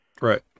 Right